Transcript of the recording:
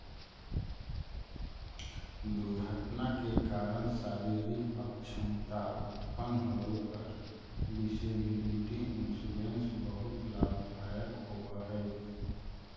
दुर्घटना के कारण शारीरिक अक्षमता उत्पन्न होवे पर डिसेबिलिटी इंश्योरेंस बहुत लाभदायक होवऽ हई